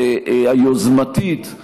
יוזמתית,